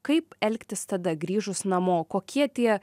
kaip elgtis tada grįžus namo kokie tie